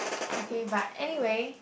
okay but anyway